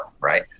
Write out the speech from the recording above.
right